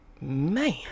Man